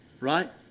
right